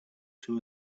two